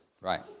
Right